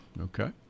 Okay